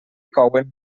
couen